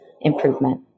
improvement